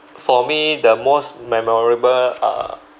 for me the most memorable uh